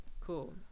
Cool